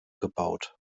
gebaut